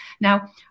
now